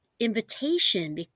invitation